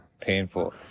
painful